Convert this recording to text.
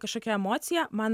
kažkokia emocija man